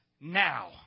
now